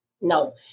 No